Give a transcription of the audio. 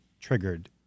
triggered